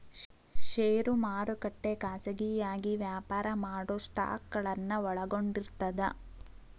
ಷೇರು ಮಾರುಕಟ್ಟೆ ಖಾಸಗಿಯಾಗಿ ವ್ಯಾಪಾರ ಮಾಡೊ ಸ್ಟಾಕ್ಗಳನ್ನ ಒಳಗೊಂಡಿರ್ತದ